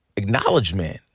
acknowledgement